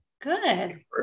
Good